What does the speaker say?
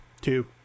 Two